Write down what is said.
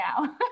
now